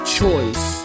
choice